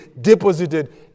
deposited